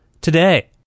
today